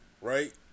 Right